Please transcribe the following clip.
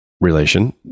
relation